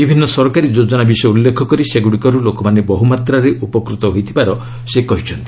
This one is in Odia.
ବିଭିନ୍ନ ସରକାରୀ ଯୋଜନା ବିଷୟ ଉଲ୍ଲେଖ କରି ସେଗୁଡ଼ିକରୁ ଲୋକମାନେ ବହୁ ମାତ୍ରାରେ ଉପକୃତ ହୋଇଥିବାର ସେ କହିଛନ୍ତି